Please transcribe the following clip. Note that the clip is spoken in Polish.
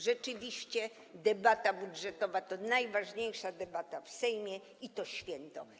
Rzeczywiście debata budżetowa to najważniejsza debata w Sejmie i jest to święto.